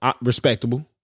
respectable